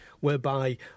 whereby